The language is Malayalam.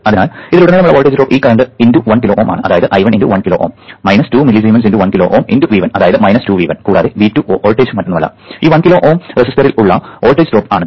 അതിനാൽ ഇതിലുടനീളമുള്ള വോൾട്ടേജ് ഡ്രോപ്പ് ഈ കറന്റ് × 1 കിലോ Ω ആണ് അതായത് I1 × 1 kilo Ω 2 millisiemens × 1 kilo Ω × V1 അതായത് 2 V1 കൂടാതെ V2 വോൾട്ടേജു മറ്റൊന്നുമല്ല ഈ 1 കിലോ Ω റെസിസ്റ്ററിൽ ഉള്ള വോൾട്ടേജ് ഡ്രോപ്പ് ആണ്